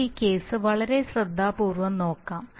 നമുക്ക് ഈ കേസ് വളരെ ശ്രദ്ധാപൂർവ്വം നോക്കാം